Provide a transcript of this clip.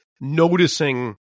noticing